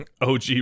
OG